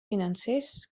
financers